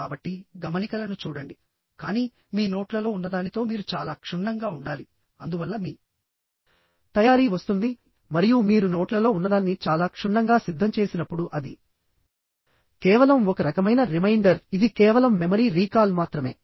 కాబట్టి గమనికలను చూడండి కానీ మీ నోట్లలో ఉన్నదానితో మీరు చాలా క్షుణ్ణంగా ఉండాలిఅందువల్ల మీ తయారీ వస్తుంది మరియు మీరు నోట్లలో ఉన్నదాన్ని చాలా క్షుణ్ణంగా సిద్ధం చేసినప్పుడు అది కేవలం ఒక రకమైన రిమైండర్ఇది కేవలం మెమరీ రీకాల్ మాత్రమే